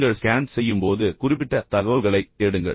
நீங்கள் ஸ்கேன் செய்யும் போது குறிப்பிட்ட தகவல்களைத் தேடுங்கள்